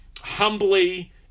humbly